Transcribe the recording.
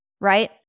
right